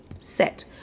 set